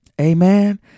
Amen